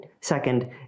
Second